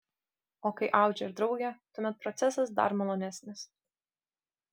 o kai audžia ir draugė tuomet procesas dar malonesnis